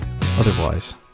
Otherwise